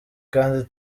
kandi